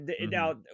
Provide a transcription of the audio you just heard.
Now